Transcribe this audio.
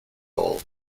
all